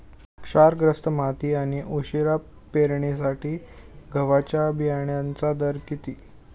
क्षारग्रस्त माती आणि उशिरा पेरणीसाठी गव्हाच्या बियाण्यांचा दर किती?